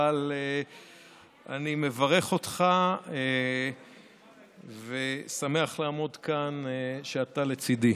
אבל אני מברך אותך ושמח לעמוד כאן כשאתה לצידי.